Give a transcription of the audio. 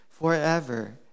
forever